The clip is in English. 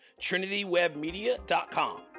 trinitywebmedia.com